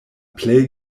plej